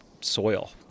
soil